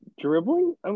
dribbling